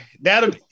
that'll